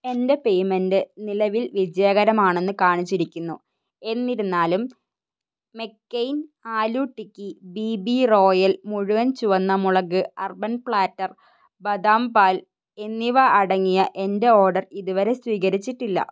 എന്റെ പേയ്മെൻ്റ് നിലവിൽ വിജയകരമാണെന്ന് കാണിച്ചിരിക്കുന്നു എന്നിരുന്നാലും McCain aloo tikki B B royal മുഴുവൻ ചുവന്ന മുളക് അർബൻ പ്ലാറ്റർ ബദാം പാൽ എന്നിവ അടങ്ങിയ എന്റെ ഓർഡർ ഇതുവരെ സ്വീകരിച്ചിട്ടില്ല